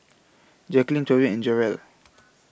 Jacquelyn Torrey and Jarrell